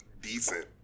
decent